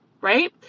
Right